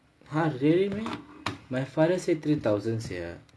!huh! really meh my father say three thousand sia